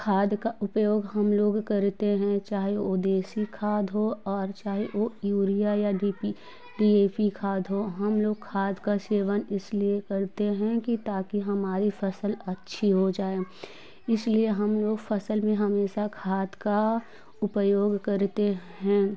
खाद का उपयोग हम लोग करते हैं चाहे वो देशी खाद हो और चाहे ओ यूरिया या D P D A P खाद हो हम लोग खाद का सेवन इसलिए करते हैं कि ताकि हमारी फ़सल अच्छी हो जाए इसलिए हम लोग फ़सल में हमेशा खाद का उपयोग करते हैं